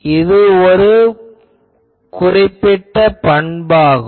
எனவே இது ஒரு பண்பாகும்